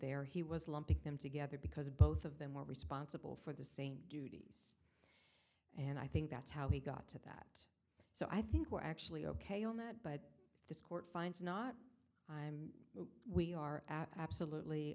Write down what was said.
there he was lumping them together because both of them were responsible for the same duties and i think that's how he got to that so i think we're actually ok on that but if this court finds not we are absolutely